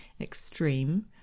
extreme